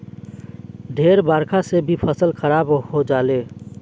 ढेर बरखा से भी फसल खराब हो जाले